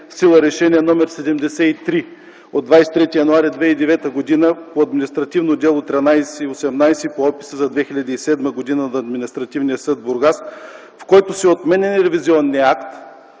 сила Решение № 73 от 23 януари 2009 г. по административно дело 1318 по описа за 2007 г. на Административния съд в Бургас, с което се отменя ревизионният акт,